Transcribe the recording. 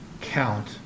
count